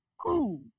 cool